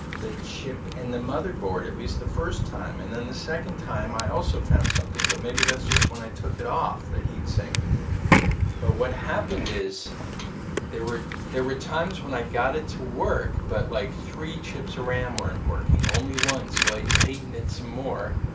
the chip and the motherboard at least the first time and then the second time i also found something but maybe that's just when i took it off the heat sink but what happened is there were there were times when i got it to work, but like three chips i ran weren't working only one so i tightened it some more,